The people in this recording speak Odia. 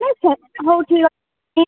ନାଇ ସେ ହଉ ଠିକ୍ଅଛି